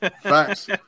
Facts